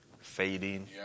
fading